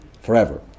forever